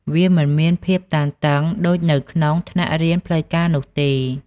វាមិនមានភាពតានតឹងដូចនៅក្នុងថ្នាក់រៀនផ្លូវការនោះទេ។